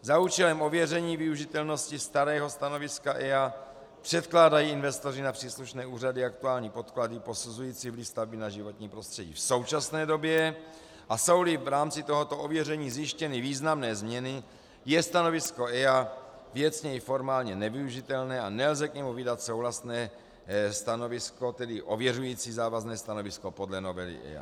Za účelem ověření využitelnosti starého stanoviska EIA předkládají investoři na příslušné úřady aktuální podklady posuzující vliv stavby na životní prostředí v současné době, a jsouli v rámci tohoto ověření zjištěny významné změny, je stanovisko EIA věcně i formálně nevyužitelné a nelze k němu vydat souhlasné stanovisko, tedy ověřující závazné stanovisko podle novely EIA.